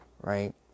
right